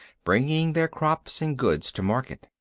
bringing their crops and goods to market.